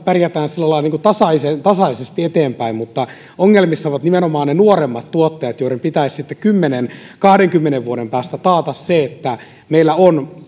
pärjätään sillä lailla tasaisesti tasaisesti eteenpäin mutta ongelmissa ovat nimenomaan ne nuoremmat tuottajat joiden pitäisi sitten kymmenen viiva kahdenkymmenen vuoden päästä taata se että meillä on